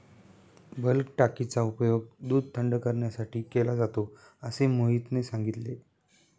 bulk टाकीचा उपयोग दूध थंड करण्यासाठी केला जातो असे मोहितने सांगितले